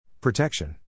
Protection